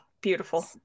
beautiful